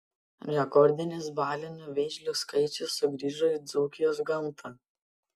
rekordinis balinių vėžlių skaičius sugrįžo į dzūkijos gamtą